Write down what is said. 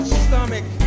stomach